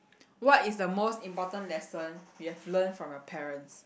what is the most important lesson you have learnt from your parents